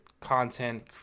content